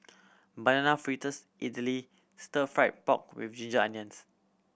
Banana Fritters idly Stir Fry pork with ginger onions